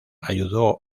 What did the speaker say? ayudó